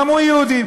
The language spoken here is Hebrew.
גם הוא יהודי,